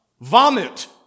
Vomit